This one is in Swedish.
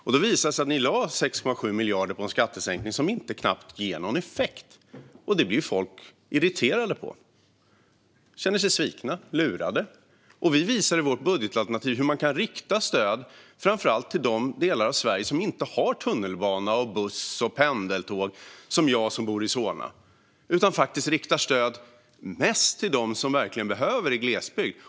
Det visar sig att regeringen lägger 6,7 miljarder på en skattesänkning som knappt ger någon effekt. Det blir folk irriterade på. De känner sig svikna och lurade. Vi visar i vårt budgetalternativ hur man kan rikta stöd framför allt till de delar av Sverige som inte har tunnelbana, buss och pendeltåg som jag som bor i Solna. Vi riktar i stället stöd till dem i glesbygd som verkligen behöver det.